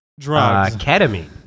ketamine